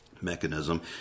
mechanism